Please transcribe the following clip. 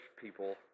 people